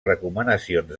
recomanacions